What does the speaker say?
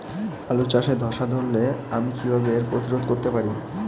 আলু চাষে ধসা রোগ ধরলে আমি কীভাবে এর প্রতিরোধ করতে পারি?